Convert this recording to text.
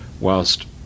whilst